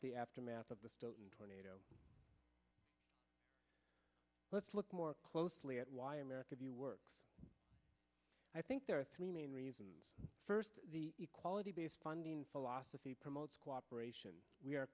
the aftermath of the tornado let's look more closely at why america view works i think there are three main reasons first the equality based funding philosophy promotes cooperation we